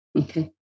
Okay